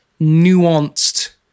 nuanced